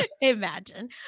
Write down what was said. Imagine